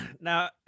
Now